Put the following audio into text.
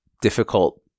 difficult